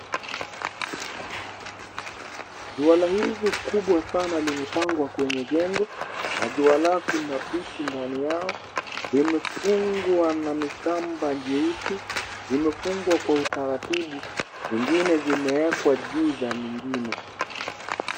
Juwala hizi kubwa sana limepangwa kwenye jengo, na juwala kuna vitu ndani yao vimefungwa na mikamba jeusi. Zimefungwa kwa utaratibu, zingine zimeekwa juu ya zingine.